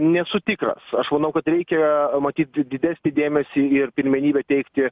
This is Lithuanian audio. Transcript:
nesu tikras aš manau kad reikia matyt di didesnį dėmesį ir pirmenybę teikti